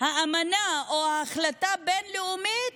אמנה או החלטה בין-לאומית,